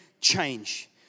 change